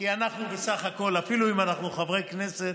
כי אנחנו בסך הכול, אפילו אם אנחנו חברי כנסת,